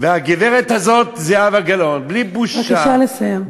והגברת הזאת, זהבה גלאון, בלי בושה, בבקשה לסיים.